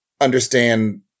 understand